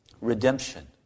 redemption